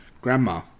Grandma